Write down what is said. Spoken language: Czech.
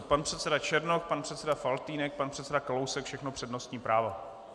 Pan předseda Černoch, pan předseda Faltýnek, pan předseda Kalousek, všichni s přednostním právem.